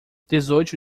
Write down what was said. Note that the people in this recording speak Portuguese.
dezoito